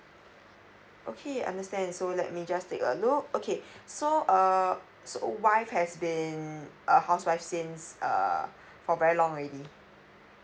okay understand so let me just take a look okay so err so wife has been a housewife since err for very long already